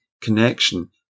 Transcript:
connection